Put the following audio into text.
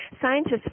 scientists